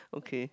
okay